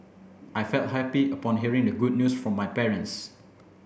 I felt happy upon hearing the good news from my parents